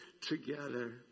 together